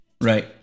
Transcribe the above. right